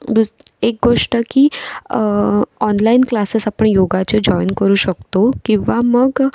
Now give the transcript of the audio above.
दुस एक गोष्ट की ऑनलाईन क्लासेस आपण योगाचे जॉईन करू शकतो किंवा मग